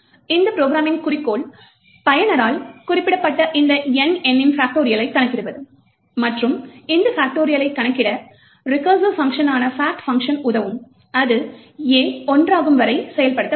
இந்த ப்ரோக்ராமின் குறிக்கோள் பயனரால் குறிப்பிடப்பட்ட இந்த N எண்ணின் பாக்டோரியலை கணக்கிடுவது மற்றும் இந்த பாக்டோரியலை கணக்கிட ரிகர்சிவ் பங்க்ஷன்னான fact பங்ஷன் உதவும் அது a ஒன்றாகும் வரை செயல்படுத்தப்படும்